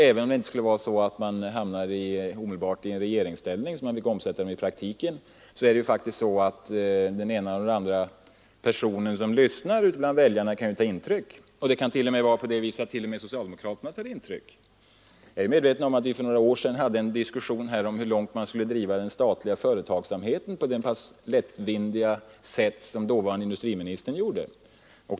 Även om man inte omedelbart hamnar i regeringsställning så att man får omsätta sina idéer i praktiken kan faktiskt den ena eller andra personen bland väljarna som lyssnar ta intryck; t.o.m. socialdemokraterna kan tvingas ta intryck. För några år sedan förde vi här en diskussion om hur långt man kunde driva den statliga företagsamheten på det tämligen lättvindiga sätt som dåvarande industriministern gjorde.